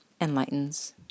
enlightens